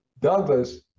Douglas